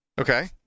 Okay